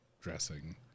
dressing